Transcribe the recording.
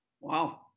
Wow